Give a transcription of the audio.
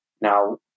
Now